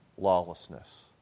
lawlessness